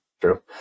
True